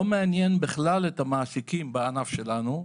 לא מעניין בכלל את המעסיקים בענף שלנו,